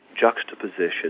juxtaposition